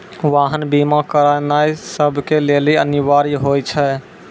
वाहन बीमा करानाय सभ के लेली अनिवार्य होय छै